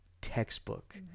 textbook